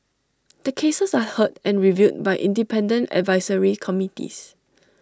the cases are heard and reviewed by independent advisory committees